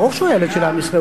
ברור שהוא ילד של עם ישראל.